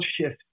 shift